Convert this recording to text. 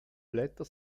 blätter